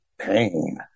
pain